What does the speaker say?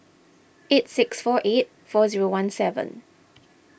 eight six four eight four zero one seven